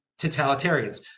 totalitarians